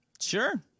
sure